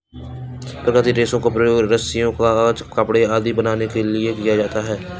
प्राकृतिक रेशों का प्रयोग रस्सियॉँ, कागज़, कपड़े आदि बनाने में किया जाता है